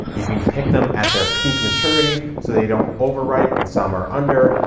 you can pick them at their peak maturity, so they don't overripe and some are under,